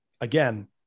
again